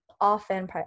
often